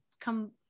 come